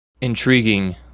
intriguing